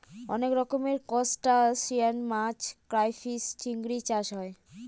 অনেক রকমের ত্রুসটাসিয়ান মাছ ক্রাইফিষ, চিংড়ি চাষ হয়